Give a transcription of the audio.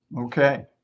Okay